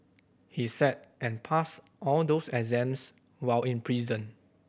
he sat and passed all those exams while in prison